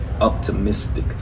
optimistic